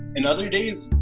and other days,